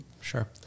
Sure